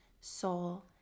soul